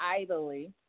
idly